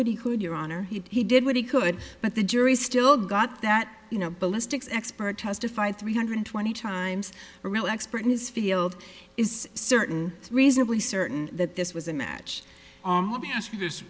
what he could your honor he did what he could but the jury's still got that you know ballistics expert testified three hundred twenty times a real expert in his field is certain reasonably certain that this was a match let me ask you this